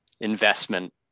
investment